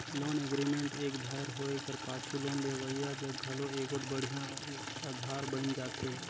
loan agreement एक धाएर होए कर पाछू लोन लेहोइया जग घलो एगोट बड़िहा अधार बइन जाथे